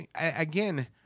again